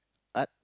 Art